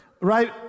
right